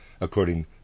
according